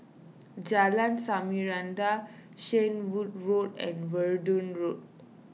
Jalan Samarinda Shenvood Road and Verdun Road